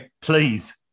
please